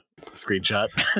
screenshot